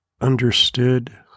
understood